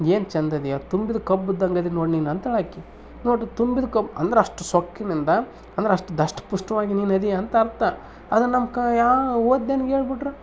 ಏನು ಚಂದ ಇದೀಯ ತುಂಬಿದ ಕಬ್ಬು ಇದ್ದಂಗೆ ಇದಿ ನೋಡು ನೀನು ಅಂತಾಳೆ ಆಕೆ ನೋಡು ತುಂಬಿದ ಕಬ್ಬು ಅಂದ್ರೆ ಅಷ್ಟು ಸೊಕ್ಕಿನಿಂದ ಅಂದ್ರೆ ಅಷ್ಟು ದಷ್ಟ ಪುಷ್ಟವಾಗಿ ನೀನು ಇದೀಯ ಅಂತ ಅರ್ಥ ಅದನ್ನು ನಮ್ಮ ಕ ಯಾ ಓದಿದೋನಿಗ್ ಹೇಳ್ಬುಟ್ರೆ